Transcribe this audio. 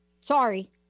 Sorry